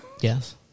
Yes